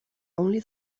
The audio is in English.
only